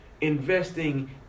investing